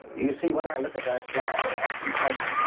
you see when i look at that flower i see some